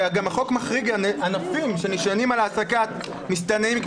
וגם החוק מחריג ענפים שנשענים על העסקת מסתננים,